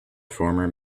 former